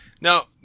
Now